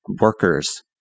workers